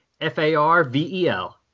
F-A-R-V-E-L